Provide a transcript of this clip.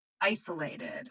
isolated